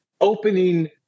opening